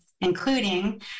including